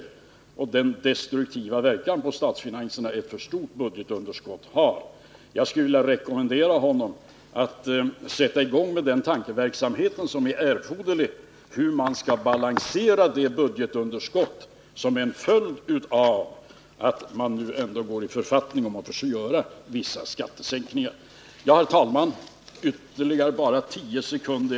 Han måste ta hänsyn till den destruktiva verkan på statsfinanserna som ett för stort budgetunderskott har. Jag skulle vilja rekommendera honom att sätta i gång med den tankeverksamhet som är erforderlig för att se hur man skall balansera det budgetun derskott som är en följd av att man nu ändå går i författning om att också göra vissa skattesänkningar. Herr talman! Får jag ytterligare tio sekunder?